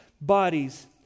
bodies